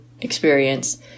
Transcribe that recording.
experience